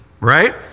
right